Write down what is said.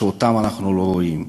שאותן אנחנו לא רואים.